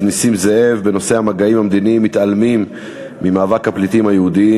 בנושא: המגעים המדיניים מתעלמים ממאבק הפליטים היהודים